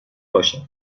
کاشتم